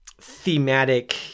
thematic